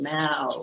now